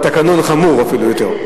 בתקנון זה חמור אפילו יותר.